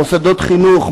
מוסדות חינוך,